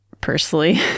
personally